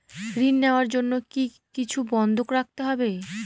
ঋণ নেওয়ার জন্য কি কিছু বন্ধক রাখতে হবে?